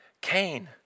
Cain